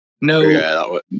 no